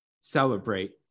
celebrate